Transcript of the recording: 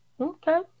Okay